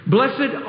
Blessed